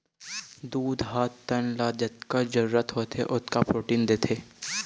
दूद ह तन ल जतका जरूरत होथे ओतका प्रोटीन देथे